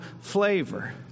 flavor